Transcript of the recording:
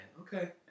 Okay